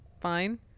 fine